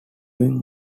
doing